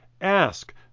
Ask